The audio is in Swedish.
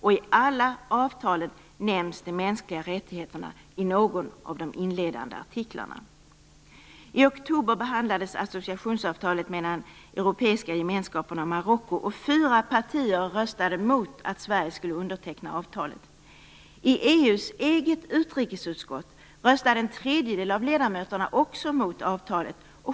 I alla avtal nämns de mänskliga rättigheterna i någon av de inledande artiklarna. Europeiska gemenskaperna och Marocko, och fyra partier röstade emot att Sverige skulle underteckna avtalet. I EU:s eget utrikesutskott röstade en tredjedel av ledamöterna också emot avtalet.